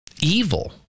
evil